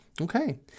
Okay